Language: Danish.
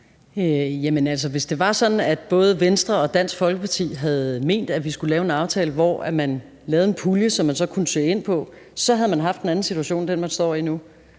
Hvis det var sådan, at både Venstre og Dansk Folkeparti havde ment, at vi skulle lave en aftale om en pulje, som man så kunne søge fra, så havde vi haft en anden situation end den, vi står i nu.